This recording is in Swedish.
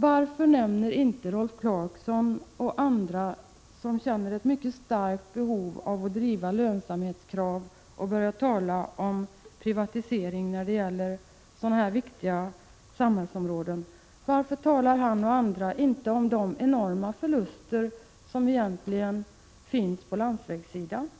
Varför nämner inte Rolf Clarkson och andra, som känner ett mycket stort behov av att driva lönsamhetskrav och börjar tala om privatisering när det gäller sådana här viktiga samhällsområden, de enorma förluster som egentligen finns på landsvägssidan?